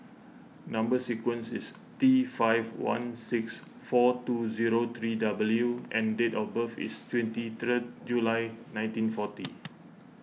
Number Sequence is T five one six four two zero three W and date of birth is twenty third July nineteen forty